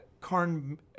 Karn